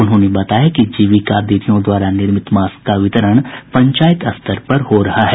उन्होंने बताया कि जीविका दीदियों द्वारा निर्मित मास्क का वितरण पंचायत स्तर पर हो रहा है